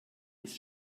ist